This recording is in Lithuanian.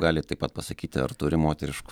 galit taip pat pasakyti ar turi moteriškų